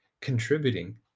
contributing